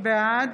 בעד